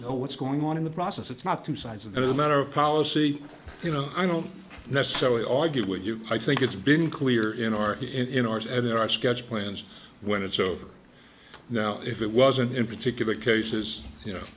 know what's going on in the process it's not two sides of it as a matter of policy you know i don't necessarily argue with you i think it's been clear in our in ours at our schedule plans when it's over now if it wasn't in particular cases you know